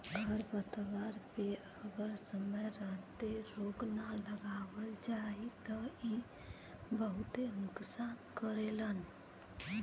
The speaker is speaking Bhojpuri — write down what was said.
खरपतवार पे अगर समय रहते रोक ना लगावल जाई त इ बहुते नुकसान करेलन